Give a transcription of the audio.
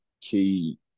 key